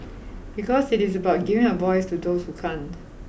because it is about giving a voice to those you can't